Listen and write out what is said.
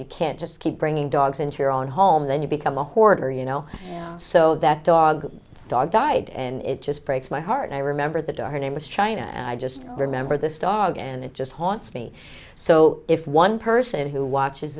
you can't just keep bringing dogs into your own home then you become a hoarder you know so that dog dog died and it just breaks my heart and i remember the door her name was china and i just remember this dog and it just haunts me so if one person who watches